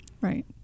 Right